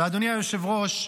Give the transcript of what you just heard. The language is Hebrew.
ואדוני היושב-ראש,